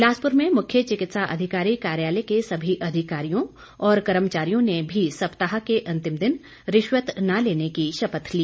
बिलासपुर में मुख्य चिकित्सा अधिकारी कार्यालय के सभी अधिकारियों और कर्मचारियों ने भी सप्ताह के अंतिम दिन रिश्वत न लेने की शपथ ली